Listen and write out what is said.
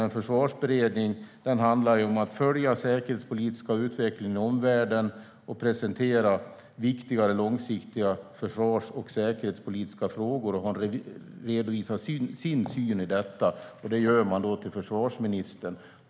En försvarsberedning ska följa den säkerhetspolitiska utvecklingen i omvärlden och presentera viktigare långsiktiga försvars och säkerhetspolitiska frågor och redovisa sin syn på detta, och det gör man till försvarsministern.